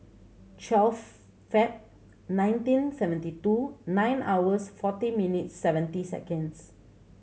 twelve Feb nineteen seventy two nine hours forty minutes seventeen seconds